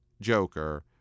joker